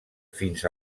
fins